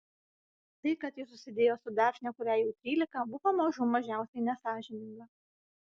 tai kad ji susidėjo su dafne kuriai jau trylika buvo mažų mažiausiai nesąžininga